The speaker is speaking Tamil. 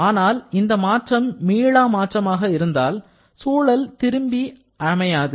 ஆனால் இந்த மாற்றம் மீளா மாற்றமாக இருந்தால் சூழல் திரும்பி அமையாது